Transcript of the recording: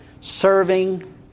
serving